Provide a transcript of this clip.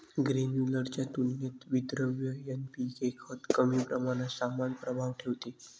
granular च्या तुलनेत विद्रव्य एन.पी.के खत कमी प्रमाणात समान प्रभाव ठेवते